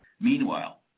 Meanwhile